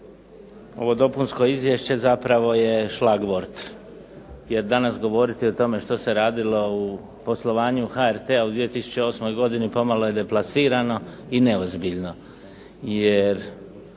Ovo dopunsko izvješće zapravo je šlagvort, jer danas govoriti o tome što se radilo u poslovanju HRT-a u 2008. godini pomalo je deplasirano, i neozbiljno,